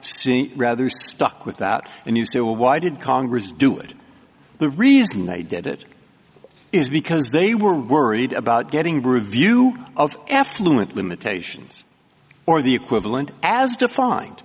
see rather stuck with that and you say well why did congress do it the reason they did it is because they were worried about getting bru view of affluent limitations or the equivalent as defined